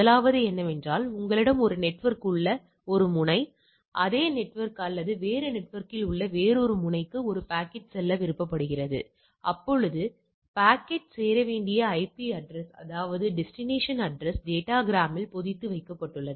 சோதனை புள்ளிவிவரம் மேல்முனை மதிப்பை விட அதிகமாகவோ அல்லது கீழ்முனை தீர்மான எல்லை மதிப்பை விட குறைவாகவோ இருந்தால் இன்மை கருதுகோளை நாம் நிராகரிக்கிறோம்